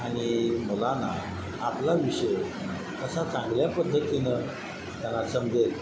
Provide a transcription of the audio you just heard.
आणि मुलाना आपला विषय कसा चांगल्या पद्धतीनं त्यांना समजेल